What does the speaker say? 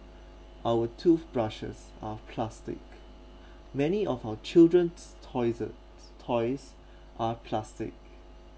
our toothbrushes are plastic many of our children's toys toys are plastic